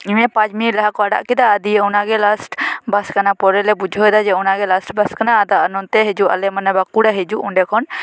ᱦᱮᱸ ᱯᱟᱸᱪ ᱢᱤᱱᱤᱴ ᱞᱟᱦᱟ ᱠᱚ ᱟᱲᱟᱜ ᱠᱮᱫᱟ ᱟᱨ ᱫᱤᱭᱮ ᱚᱱᱟ ᱜᱮ ᱞᱟᱥᱴ ᱵᱟᱥ ᱠᱟᱱᱟ ᱯᱚᱨᱮ ᱞᱮ ᱵᱩᱡᱷᱟᱹᱣᱮᱫᱟ ᱡᱮ ᱚᱱᱟ ᱜᱮ ᱞᱟᱥᱴ ᱵᱟᱥ ᱠᱟᱱᱟ ᱟᱫᱚ ᱱᱚᱛᱮ ᱦᱤᱡᱩᱜ ᱟᱞᱮ ᱢᱟᱱᱮ ᱵᱟᱸᱠᱩᱲᱟ ᱦᱤᱡᱩᱜ ᱚᱸᱰᱮ ᱠᱷᱚᱱ